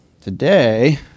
Today